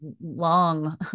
long